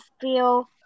feel